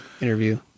interview